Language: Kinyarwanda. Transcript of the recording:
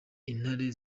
intare